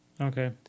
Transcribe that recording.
Okay